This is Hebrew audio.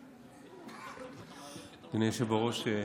אדוני היושב-ראש,